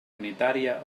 unitària